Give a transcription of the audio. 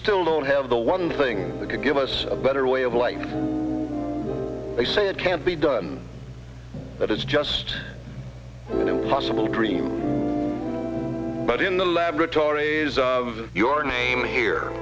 still don't have the one thing that could give us a better way of life they say it can't be done that it's just an impossible dream but in the laboratories of your name here